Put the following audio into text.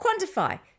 Quantify